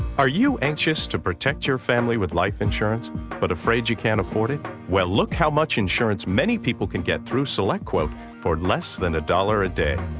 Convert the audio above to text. are you anxious to protect your family with life insurance but afraid you can't afford it? well, look how much insurance many people can get through selectquote for less than a dollar a day.